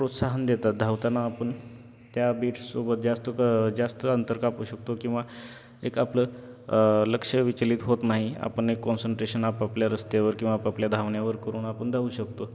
प्रोत्साहन देतात धावताना आपण त्या बीटसोबत जास्त क जास्त अंतर कापू शकतो किंवा एक आपलं लक्ष विचलित होत नाही आपण एक कॉन्सन्ट्रेशन आपापल्या रस्त्यावर किंवा आपापल्या धावण्यावर करून आपण धावू शकतो